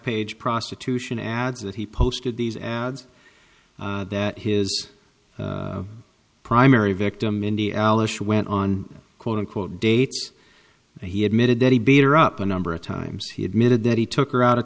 page prostitution ads that he posted these ads that his primary victim mindy alysha went on quote unquote dates and he admitted that he beat her up a number of times he admitted that he took her out of